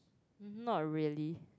not really